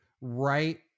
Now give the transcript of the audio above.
right